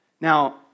Now